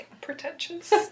pretentious